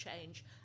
change